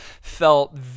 felt